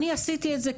אני עשיתי את זה,